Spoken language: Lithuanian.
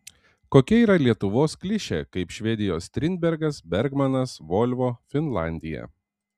kokia yra lietuvos klišė kaip švedijos strindbergas bergmanas volvo finlandija